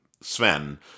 Sven